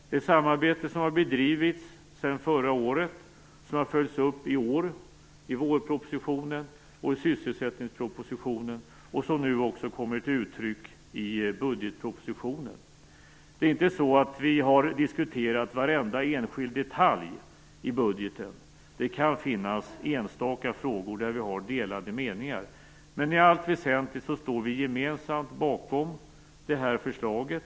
Det samarbete som har bedrivits sedan förra året och som har följts upp i år i vårpropositionen och i sysselsättningspropositionen kommer till uttryck också nu i budgetpropositionen. Det är inte så att vi har diskuterat varenda enskild detalj i budgeten. Det kan finnas enstaka frågor där vi har delade meningar, men i allt väsentligt står vi gemensamt bakom det här förslaget.